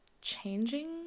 changing